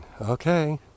Okay